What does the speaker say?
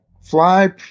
fly –